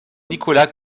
nicolas